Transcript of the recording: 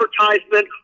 advertisement